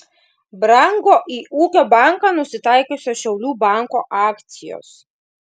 brango į ūkio banką nusitaikiusio šiaulių banko akcijos